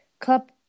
club